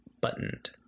buttoned